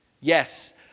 Yes